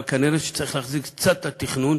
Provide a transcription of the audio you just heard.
אבל כנראה צריך להחזיר קצת את התכנון